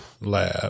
Lab